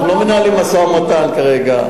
אנחנו לא מנהלים משא-ומתן כרגע.